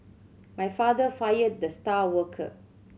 my father fired the star worker